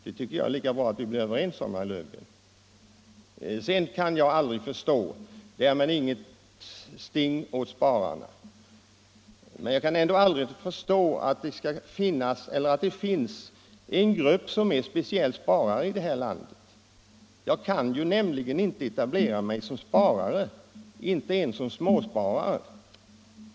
Det är lika bra att vi blir överens om det, herr Löfgren. Vidare kan jag inte förstå — därmed inget hugg mot spararna — att det kan finnas en speciell grupp människor som är bara sparare. Man kan ju inte etablera sig bara som sparare, inte ens som småsparare.